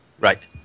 Right